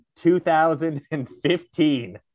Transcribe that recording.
2015